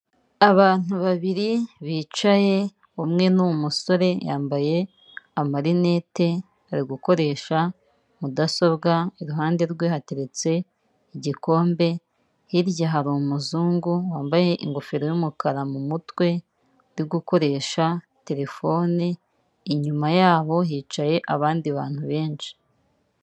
Abantu babiri bicaye umwe ni umusore yambaye amarinete ari gukoresha mudasobwa, iruhande rwe hateretse igikombe, hirya hari umuzungu wambaye ingofero y'umukara mu mutwe uri gukoresha terefone, inyuma yabo hicaye abandi bantu benshi.